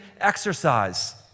exercise